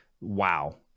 wow